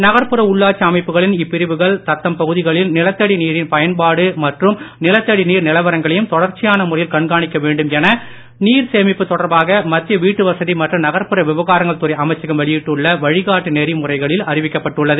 நகர்ப்புற உள்ளாட்சி அமைப்புகளின் இப்பிரிவுகள் தத்தம் பகுதிகளில் நிலத்தடி நீரின் பயன்பாடு மற்றும் நிலத்தடி நீர் நிலவரங்களையும் தொடர்ச்சியான முறையில் கண்காணிக்க வேண்டும் என நீர் சேமிப்பு தொடர்பாக மத்திய வீட்டுவசதி மற்றும் நகர்ப்புற விவகாரங்கள் துறை அமைச்சகம் வெளியிட்டுள்ள வழிகாட்டு நெறிமுறைகளில் தெரிவிக்கப்பட்டு உள்ளது